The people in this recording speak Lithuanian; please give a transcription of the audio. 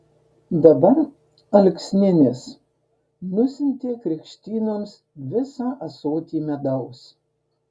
dabar alksninis nusiuntė krikštynoms visą ąsotį medaus